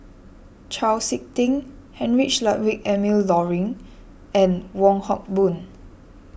Chau Sik Ting Heinrich Ludwig Emil Luering and Wong Hock Boon